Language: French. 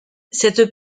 cette